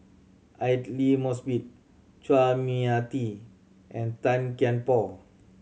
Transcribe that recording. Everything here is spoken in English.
Aidli Mosbit Chua Mia Tee and Tan Kian Por